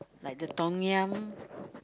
like the Tom-Yum